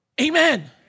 Amen